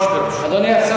בבקשה, אדוני.